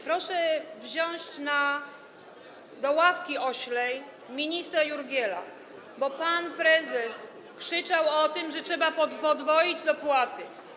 Proszę wziąć do oślej ławki ministra Jurgiela, bo pan prezes krzyczał o tym, że trzeba podwoić dopłaty.